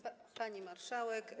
Pani Marszałek!